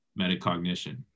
metacognition